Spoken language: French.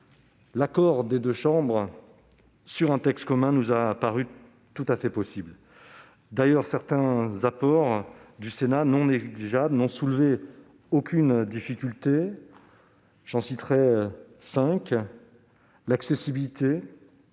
l'accord des deux chambres sur un texte commun nous a paru tout à fait possible. D'ailleurs, certains apports non négligeables du Sénat n'ont soulevé aucune difficulté. J'en mentionnerai cinq. Le premier